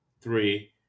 three